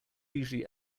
usually